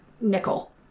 nickel